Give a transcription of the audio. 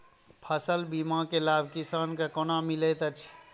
फसल बीमा के लाभ किसान के कोना मिलेत अछि?